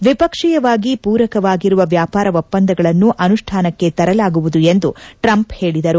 ದ್ವಿಪಕ್ಷೀಯವಾಗಿ ಪೂರಕವಾಗಿರುವ ವ್ಯಾಪಾರ ಒಪ್ಪಂದಗಳನ್ನು ಅನುಷ್ಣಾನಕ್ಕೆ ತರಲಾಗುವುದು ಎಂದು ಟ್ರಂಪ್ ಹೇಳಿದರು